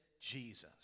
Jesus